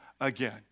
again